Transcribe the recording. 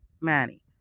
Manny